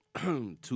two